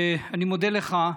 אני מודה לך.